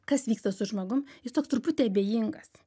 kas vyksta su žmogum jis toks truputį abejingas